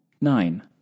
Nine